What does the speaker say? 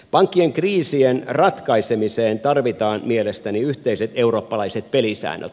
pankkien kriisien ratkaisemiseen tarvitaan mielestäni yhteiset eurooppalaiset pelisäännöt